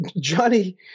Johnny